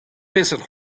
peseurt